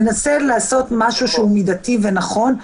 ננסה לעשות משהו שהוא מידתי ונכון,